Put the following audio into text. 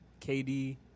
KD